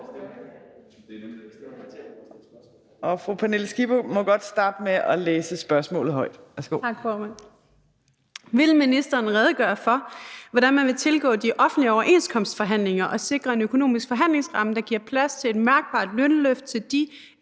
Og fru Pernille Skipper må godt starte med at læse spørgsmålet højt.